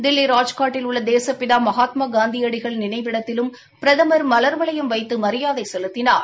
தில்லி ராஜ்காட்டில் உள்ள தேசப்பிதா மகாத்மா காந்தியடிகள் நினைவிடத்திலும் பிரதமா மலர்வளையம் வைத்து மரியாதை செலுத்தினார்